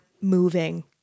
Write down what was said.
moving